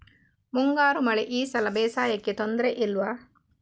ಮುಂಗಾರು ಮಳೆ ಈ ಸಲ ಬೇಸಾಯಕ್ಕೆ ತೊಂದರೆ ಇಲ್ವ?